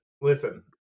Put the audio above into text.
Listen